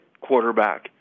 quarterback